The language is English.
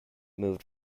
moved